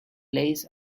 lace